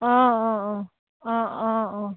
অঁ অঁ অঁ অঁ অঁ অঁ